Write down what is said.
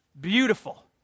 Beautiful